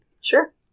Sure